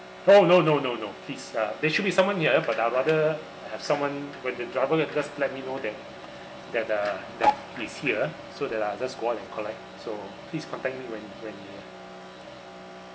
oh no no no no please uh there should be someone here but I'll rather have someone when the driver just let me know that that uh that he's here so that I'll just go out and collect so please contact me when when uh